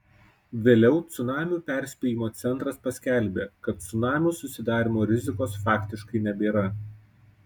vėliau cunamių perspėjimo centras paskelbė kad cunamių susidarymo rizikos faktiškai nebėra